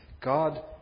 God